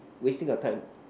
wasting of time